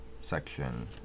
section